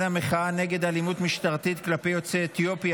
המחאה כנגד אלימות משטרתית כלפי יוצאי אתיופיה,